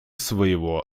своего